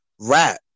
rap